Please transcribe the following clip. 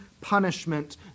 punishment